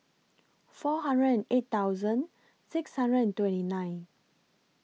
four hundred and eight thousand six hundred twenty nine